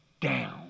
down